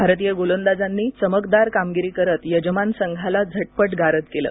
भारतीय गोलंदाजांनी चमकदार कामगिरी करत यजमान संघाला झटपट गारद केलं